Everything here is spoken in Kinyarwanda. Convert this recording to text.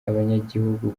abanyagihugu